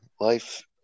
life